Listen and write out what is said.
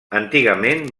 antigament